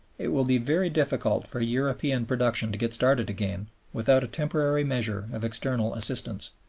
it will be very difficult for european production to get started again without a temporary measure of external assistance.